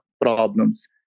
problems